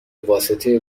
واسطه